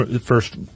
first